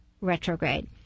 retrograde